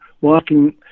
walking